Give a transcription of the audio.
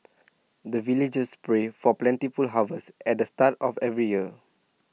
the villagers pray for plentiful harvest at the start of every year